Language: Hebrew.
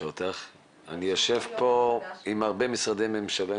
יושב פה עם הרבה משרדי ממשלה,